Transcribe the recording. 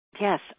yes